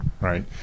right